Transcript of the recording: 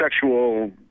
sexual